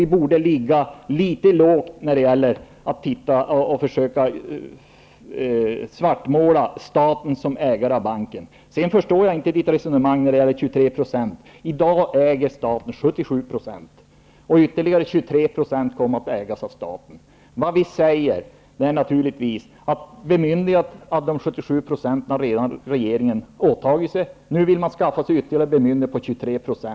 Vi borde ligga litet lågt när det gäller att svartmåla staten som ägare av banken. Jag förstår inte Jan Backmans resonemang när det gäller 23 %. Staten äger i dag 77 %. Ytterligae 23 % kommer att ägas av staten. Regeringen har redan åtagit sig bemyndiganden när det gäller de 77 %. Nu skall man skaffa sig ytterligare bemyndiganden för de 23 %.